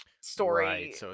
story